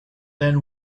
than